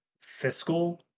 fiscal